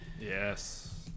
Yes